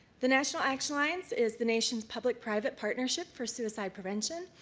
the national action alliance is the nation's public private partnership for suicide prevention.